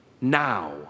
now